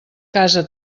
casa